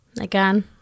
again